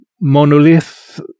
monolith